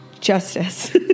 Justice